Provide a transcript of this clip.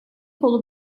kolu